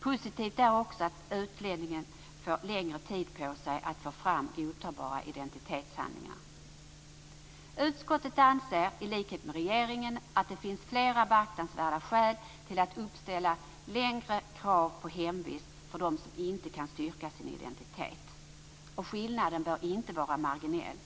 Positivt är också att utlänningen får längre tid på sig att få fram godtagbara identitetshandlingar. Utskottet anser i likhet med regeringen att det finns flera beaktansvärda skäl till att uppställa längre krav på hemvist för dem som inte kan styrka sin identitet. Skillnaden bör inte heller vara marginell.